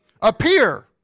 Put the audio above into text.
appear